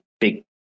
big